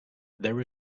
there